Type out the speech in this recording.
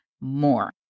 more